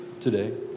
today